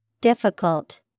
Difficult